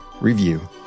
review